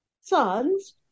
sons